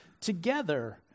together